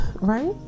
right